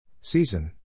Season